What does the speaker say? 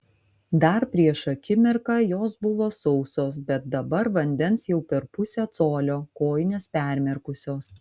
dar prieš akimirką jos buvo sausos bet dabar vandens jau per pusę colio kojinės permirkusios